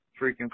freaking